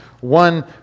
one